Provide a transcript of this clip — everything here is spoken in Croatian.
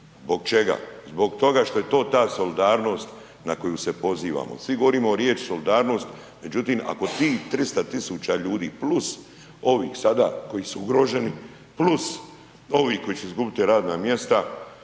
Zbog čega? zbog toga što je to ta solidarnost na koju se pozivamo. Svi govorimo riječ solidarnost, međutim ako tih 300.000 ljudi plus ovih sada koji su ugroženi, plus ovi koji će izgubiti radna mjesta